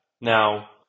Now